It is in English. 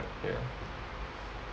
ya